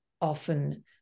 often